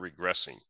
regressing